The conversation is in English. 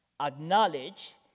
acknowledge